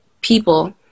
people